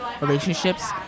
relationships